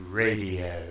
radio